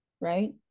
right